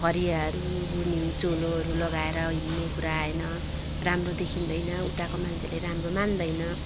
फरियाहरू गुन्यु चोलोहरू लगाएर हिँड्ने कुरा आएन राम्रो देखिँदैन उताको मान्छेले राम्रो मान्दैन